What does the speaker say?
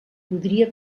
podria